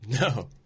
No